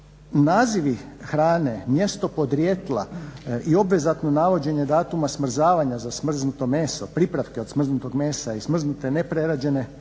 Nazivi hrane, mjesto podrijetla i obvezatno navođenje datuma smrzavanja za smrznuto meso, pripravke od smrznutog mesa i smrznute neprerađene